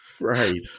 Right